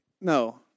No